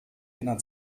jener